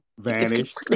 vanished